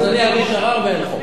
יש ערר.